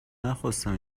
نخواستم